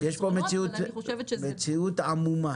החסרונות אבל אני חושבת שזה --- יש פה מציאות עמומה